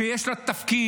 שיש לה תפקיד,